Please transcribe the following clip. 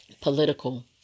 political